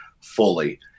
fully